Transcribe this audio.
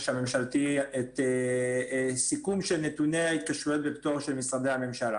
הממשלתי את סיכום של נתוני ההתקשרויות ופטורים של משרדי הממשלה.